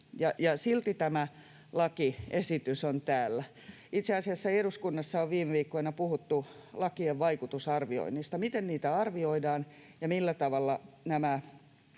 silti tämä lakiesitys on täällä. Itse asiassa eduskunnassa on viime viikkoina puhuttu lakien vaikutusarvioinnista, siitä, miten niitä arvioidaan, ja siitä, millä tavalla nämä